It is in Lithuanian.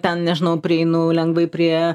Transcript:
ten nežinau prieinu lengvai prie